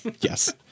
Yes